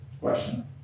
Question